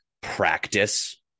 practice